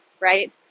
right